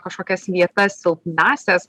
kažkokias vietas silpnąsias